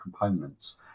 components